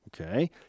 Okay